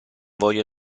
voglio